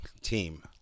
team